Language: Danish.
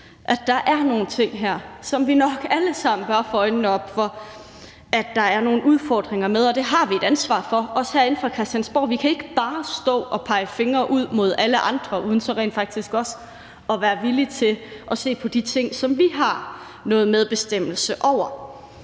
at der er nogle ting her, som vi nok alle sammen bør få øjnene op for der er nogle udfordringer med. Det har vi et ansvar for, også herinde fra Christiansborg; vi kan ikke bare stå og pege fingre ud mod alle andre uden så rent faktisk også at være villige til at se på de ting, som vi har noget medbestemmelse over.